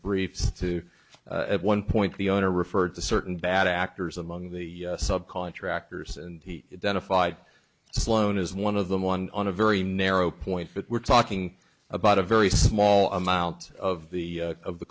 briefs too at one point the owner referred to certain bad actors among the subcontractors and he done a fide sloan as one of them one on a very narrow point but we're talking about a very small amount of the of the